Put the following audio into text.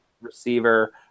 receiver